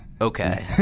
Okay